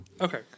Okay